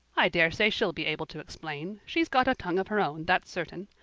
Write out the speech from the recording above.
i dare say she'll be able to explain she's got a tongue of her own, that's certain.